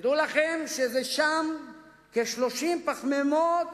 תדעו לכם שבתפוחי-אדמה יש כ-30 גרם פחמימות